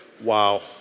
Wow